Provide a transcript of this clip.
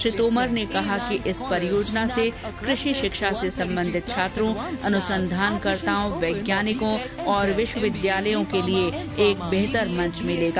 श्री तोमर ने कहा कि इस परियोजना से कृषि शिक्षा से संबंधित छात्रों अनुसंधानकर्ताओं वैज्ञानिकों और विश्वविद्यालयों के लिए एक बेहतर मंच मिलेगा